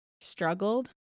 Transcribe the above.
struggled